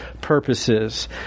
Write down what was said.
purposes